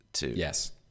Yes